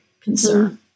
concern